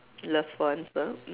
loved ones ah